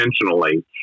intentionally